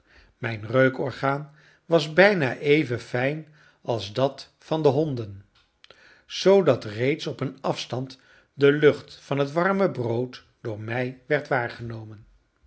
mijn reukorgaan was bijna even fijn als dat van de honden zoodat reeds op een afstand de lucht van het warme brood door mij werd waargenomen